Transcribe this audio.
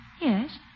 Yes